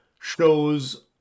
shows